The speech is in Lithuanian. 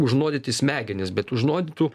užnuodyti smegenis bet užnuodytų